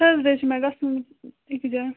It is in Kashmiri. تھٲرٕسڈیٚے چھُ مےٚ گژھُن أکِس جایہِ